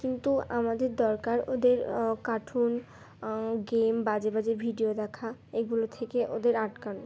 কিন্তু আমাদের দরকার ওদের কার্টুন গেম বাজে বাজে ভিডিও দেখা এগুলো থেকে ওদের আটকানো